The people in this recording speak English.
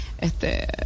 Este